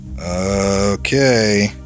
Okay